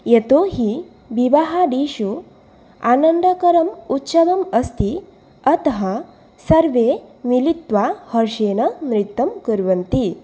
यतोहि विवाहादिषु आनन्दकरम् उत्सवम् अस्ति अतः सर्वे मिलित्वा हर्षेण नृत्यं कुर्वन्ति